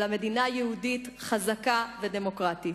אלא מדינה יהודית חזקה ודמוקרטית.